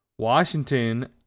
Washington